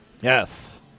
Yes